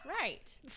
right